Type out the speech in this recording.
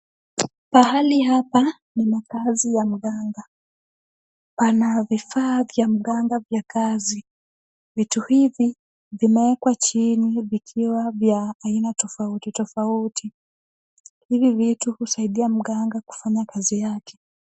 Pahali hapa ni makazi ya mganga, pana vifaa vya mganga vya kazi, vitu hivi vimewekwa chini vikiwa vya aina tofauti tofauti, hivi vitu husaidia mganga kufanya kazi yake.